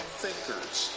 thinkers